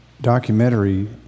documentary